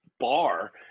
bar